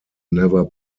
never